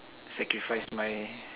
sacrifice my